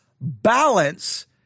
balance